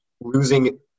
losing